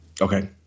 Okay